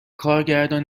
کارگردان